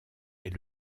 est